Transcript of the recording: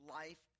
life